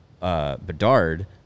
Bedard